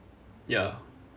ya